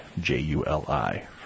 J-U-L-I